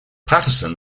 patterson